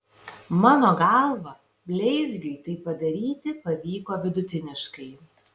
mano galva bleizgiui tai padaryti pavyko vidutiniškai